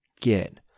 get